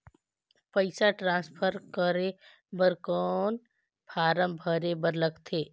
पईसा ट्रांसफर करे बर कौन फारम भरे बर लगथे?